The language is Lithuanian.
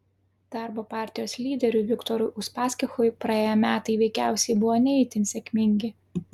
darbo partijos lyderiui viktorui uspaskichui praėję metai veikiausiai buvo ne itin sėkmingi